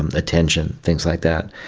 and attention, things like that.